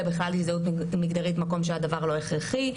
בכלל הזדהות מגדרית מקום שהדבר לא הכרחי,